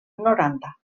noranta